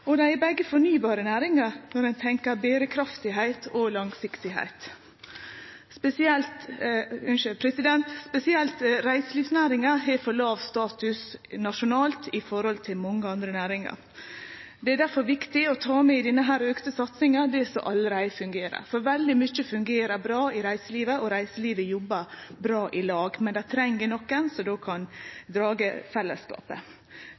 Dei er begge fornybare næringar når ein tenkjer berekraft og langsiktigheit. Spesielt reiselivsnæringa har for låg status nasjonalt i forhold til mange andre næringar. Det er difor i denne auka satsinga viktig å ta med det som allereie fungerer, for veldig mykje fungerer bra i reiselivet, dei jobbar bra i lag, men dei treng nokon som kan